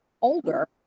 older